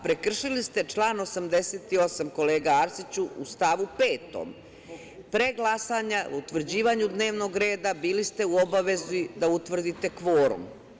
Prekršili ste član 88, kolega Arsiću, u stavu 5. Pre glasanja o utvrđivanju dnevnog reda bili ste u obavezi da utvrdite kvorum.